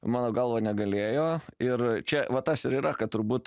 mano galva negalėjo ir čia va tas ir yra kad turbūt